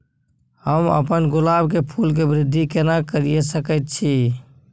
हम अपन गुलाब के फूल के वृद्धि केना करिये सकेत छी?